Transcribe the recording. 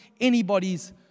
anybody's